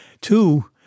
Two